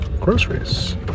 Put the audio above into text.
groceries